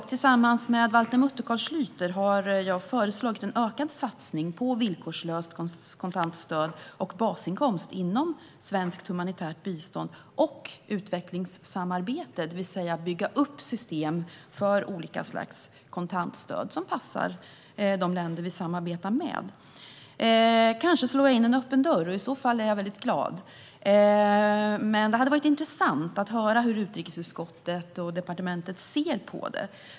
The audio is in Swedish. Tillsammans med Valter Mutt och Carl Schlyter har jag föreslagit en ökad satsning på villkorslöst kontantstöd och basinkomst inom svenskt humanitärt bistånd och utvecklingssamarbete, det vill säga att bygga upp system för olika slags kontantstöd som passar de länder vi samarbetar med. Kanske slår jag in en öppen dörr, och i så fall är jag glad. Det skulle vara intressant att höra hur utrikesutskottet och departementet ser på detta.